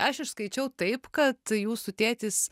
aš išskaičiau taip kad jūsų tėtis